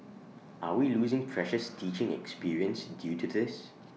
are we losing precious teaching experience due to this